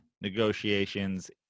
negotiations